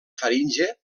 faringe